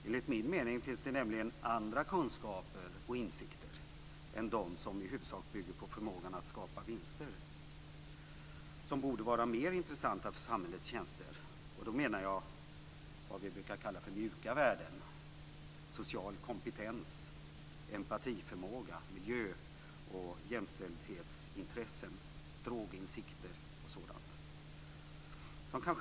Enligt min mening finns det nämligen andra kunskaper och insikter än de som i huvudsak bygger på förmågan att skapa vinster som borde vara mer intressanta för samhällets tjänster. Och då menar jag vad vi brukar kalla för mjuka värden: social kompetens, empatiförmåga, miljö och jämställdhetsintressen, droginsikter och sådant.